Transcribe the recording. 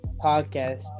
podcast